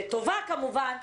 לטובה כמובן,